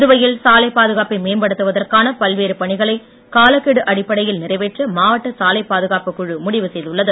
புதுவையில் சாலை பாதுகாப்பை மேம்படுத்தவதற்கான பல்வேறு பணிகளை காலக்கெடு அடிப்படையில் நிறைவேற்ற மாவட்ட சாலைப் பாதுகாப்புக் குழு முடிவு செய்துள்ளது